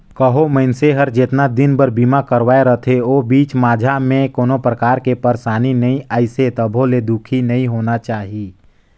कहो मइनसे हर जेतना दिन बर बीमा करवाये रथे ओ बीच माझा मे कोनो परकार के परसानी नइ आइसे तभो ले दुखी नइ होना चाही